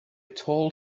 tall